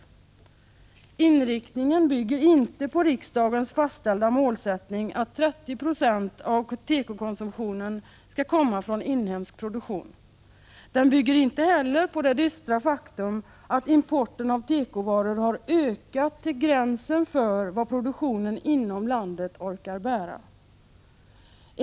Denna inriktning bygger inte på riksdagens fastställda målsättning att 30 96 av tekokonsumtionen skall komma från inhemsk produktion. Den bygger inte heller på det dystra faktum att importen av tekovaror har ökat till gränsen för vad produktionen inom landet orkar bära.